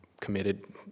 committed